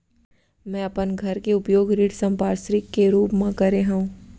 मै अपन घर के उपयोग ऋण संपार्श्विक के रूप मा करे हव